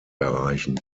erreichen